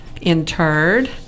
interred